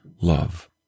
love